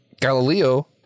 Galileo